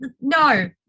No